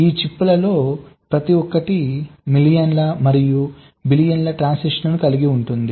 ఈ చిప్లలో ప్రతి ఒక్కటి మిలియన్ల మరియు బిలియన్ల ట్రాన్సిస్టర్లను కలిగి ఉంటుంది